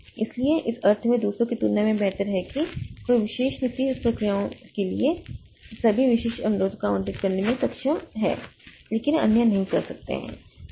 इसलिए इस अर्थ में दूसरों की तुलना में बेहतर है कि कोई विशेष नीति प्रक्रियाओं के लिए सभी मेमोरी अनुरोध को आवंटित करने में सक्षम है लेकिन अन्य नहीं कर सकते हैं